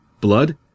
blood